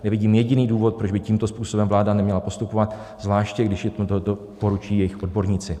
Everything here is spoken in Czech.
Nevidím jediný důvod, proč by tímto způsobem vláda neměla postupovat, zvláště když jí to doporučí její odborníci.